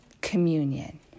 communion